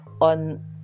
on